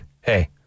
hey